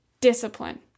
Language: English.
discipline